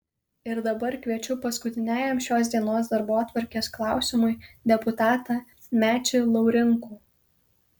ir dabar kviečiu paskutiniajam šios dienos darbotvarkės klausimui deputatą mečį laurinkų